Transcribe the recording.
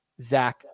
Zach